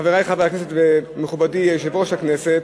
חברי חברי הכנסת ומכובדי יושב-ראש הכנסת,